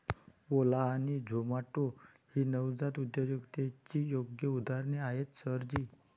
ओला आणि झोमाटो ही नवजात उद्योजकतेची योग्य उदाहरणे आहेत सर जी